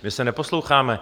My se neposloucháme.